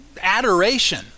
adoration